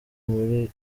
muri